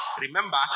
Remember